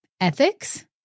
ethics